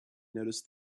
noticed